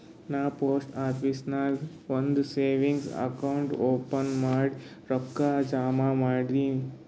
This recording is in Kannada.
ನಾ ಪೋಸ್ಟ್ ಆಫೀಸ್ ನಾಗ್ ಒಂದ್ ಸೇವಿಂಗ್ಸ್ ಅಕೌಂಟ್ ಓಪನ್ ಮಾಡಿ ರೊಕ್ಕಾ ಜಮಾ ಮಾಡಿನಿ